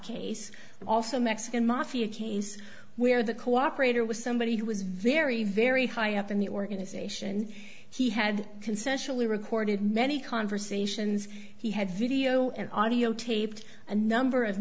case also mexican mafia case where the cooperator was somebody who was very very high up in the organization he had consensually recorded many conversations he had video and audio taped a number of